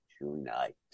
tonight